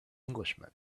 englishman